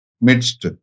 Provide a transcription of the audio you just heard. midst